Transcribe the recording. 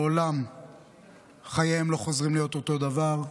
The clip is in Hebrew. לעולם חייהם לא חוזרים להיות אותו דבר.